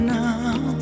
now